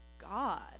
God